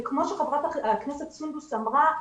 וכמו שחברת הכנסת סונדוס אמרה,